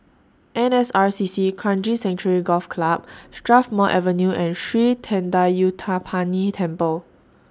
N S R C C Kranji Sanctuary Golf Club Strathmore Avenue and Sri Thendayuthapani Temple